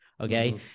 okay